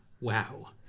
wow